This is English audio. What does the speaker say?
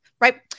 right